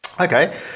Okay